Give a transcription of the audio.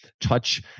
touch